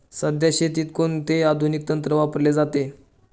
सध्या शेतीत कोणते आधुनिक तंत्र वापरले जाते?